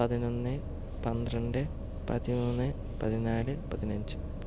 പതിനൊന്ന് പന്ത്രണ്ട് പതിമൂന്ന് പതിനാല് പതിനഞ്ച്